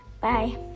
Bye